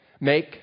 Make